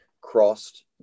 Crossed